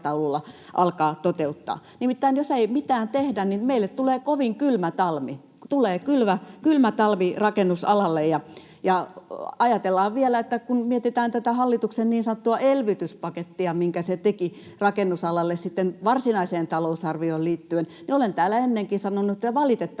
alkaa toteuttaa. Nimittäin, jos ei mitään tehdä, meille tulee kovin kylmä talvi. Tulee kylmä talvi rakennusalalle, ja kun ajatellaan vielä, kun mietitään tätä hallituksen niin sanottua ”elvytyspakettia”, minkä se teki rakennusalalle sitten varsinaiseen talousarvioon liittyen, olen täällä ennenkin sanonut, että valitettavasti